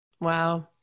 Wow